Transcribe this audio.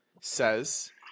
says